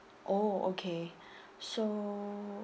oh okay so